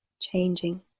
changing